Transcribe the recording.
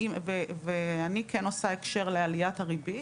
ואני כן עושה הקשר לעליית הריבית